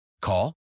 Call